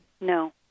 No